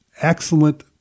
excellent